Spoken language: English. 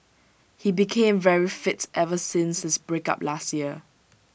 he became very fit ever since his breakup last year